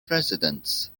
presidents